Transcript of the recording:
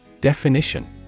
Definition